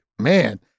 Man